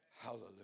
Hallelujah